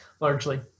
largely